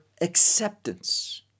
acceptance